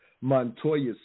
Montoya